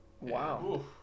Wow